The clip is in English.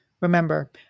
Remember